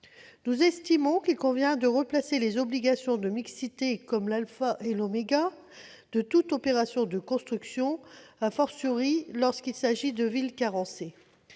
nous estimons qu'il convient de replacer les obligations de mixité sociale au rang d'alpha et d'oméga de toute opération de construction, lorsqu'il s'agit de villes carencées.